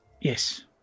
Yes